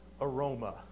aroma